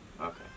Okay